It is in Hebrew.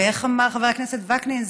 איך אמר חבר הכנסת וקנין?